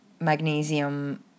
magnesium